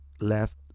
left